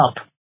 up